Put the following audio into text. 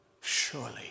surely